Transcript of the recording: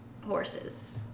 horses